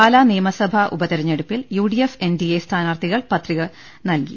പാലാ നിയമസഭാ ഉപതിരഞ്ഞെടുപ്പിൽ UDF N D A സ്ഥാനാർത്ഥികൾ പത്രിക നൽകി